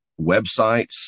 websites